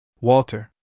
Walter